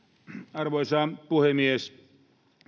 arvoisa puhemies